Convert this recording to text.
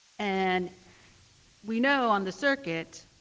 and we know on the circuit,